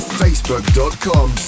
facebook.com